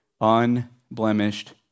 unblemished